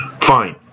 Fine